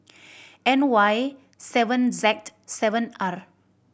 N Y seven seven R